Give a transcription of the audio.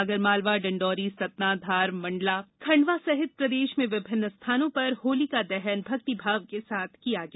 आगरमालवा डिंडोरी सतना धार खंडवा सहित प्रदेश में विभिन्न स्थानों पर होलीका दहन भक्तिभाव के साथ किया गया